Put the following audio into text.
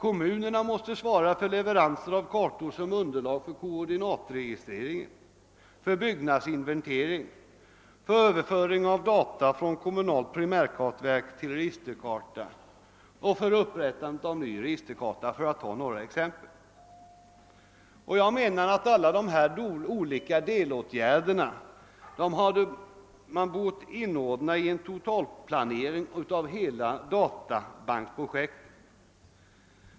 Kommunerna måste svara för leveranser av kartor som underlag för koordinatregistrering, för byggnadsinventering, för överföring av data från kommunalt primärkartverk till registerkarta och för upprättande av ny registerkarta. Alla de här olika delåtgärderna borde man ha inordnat i en totalplanering av hela databanksprojektet.